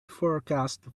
forecast